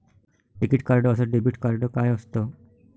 टिकीत कार्ड अस debit card काय असत?